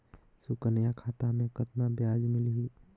सुकन्या खाता मे कतना ब्याज मिलही?